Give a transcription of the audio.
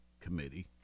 committee